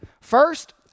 First